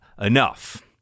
enough